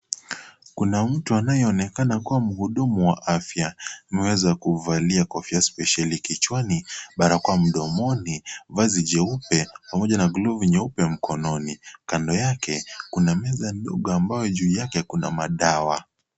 Kuna mtu anayeonekana kuwa mhudumu wa afya. Ameweza kuvalia kofia spesheli kichwani, barakoa mdomoni, vazi jeupe, pamoja na glovu nyeupe mikononi. Kando yake, kuna meza ndogo ambayo juu yake kuna madawa.